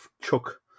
chuck